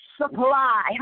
supply